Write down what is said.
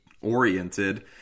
oriented